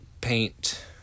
paint